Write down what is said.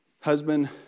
Husband